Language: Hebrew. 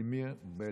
ולדימיר בליאק.